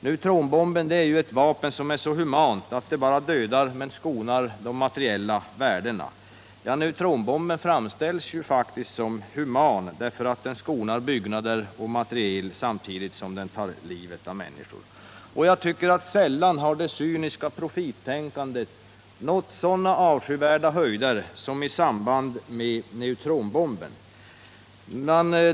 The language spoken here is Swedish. Neutronbomben sägs ju vara så human att den bara dödar allt levande, men skonar de materiella värdena. Neu tronbomben framställs faktiskt som human genom att den skonar byggnader och materiel samtidigt som den tar livet av människor. Sällan har det cyniska profittänkandet nått sådana avskyvärda höjder som i samband med neutronbomben.